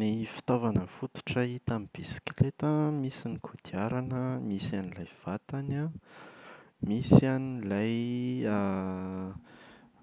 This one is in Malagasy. Ny fitaovana fototra hita amin’ny bisikileta an: misy ny kodiarana, misy an’ilay vatany an, misy an’ilay